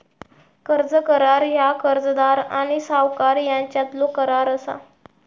कर्ज करार ह्या कर्जदार आणि सावकार यांच्यातलो करार असा